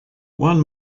one